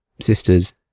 sisters